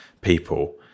people